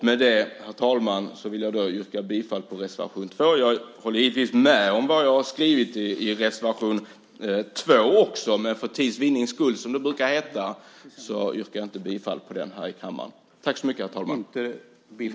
Med detta vill jag yrka bifall till reservation 1. Jag håller visserligen med om det som jag har skrivit i reservation 2 också, men för tids vinning yrkar jag inte bifall till den.